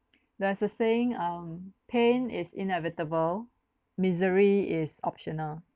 there is a saying um pain is inevitable misery is optional